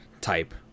type